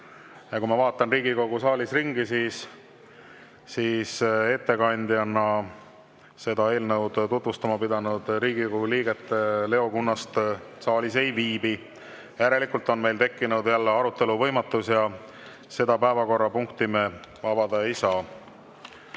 Kui ma vaatan Riigikogu saalis ringi, siis näen, et ettekandjana seda eelnõu tutvustama pidanud Riigikogu liiget Leo Kunnast saalis ei viibi. Järelikult on meil tekkinud arutelu võimatus ja selle päevakorrapunkti arutelu me avada ei saa.